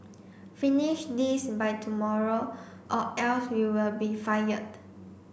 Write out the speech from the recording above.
finish this by tomorrow or else you will be fired